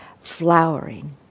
flowering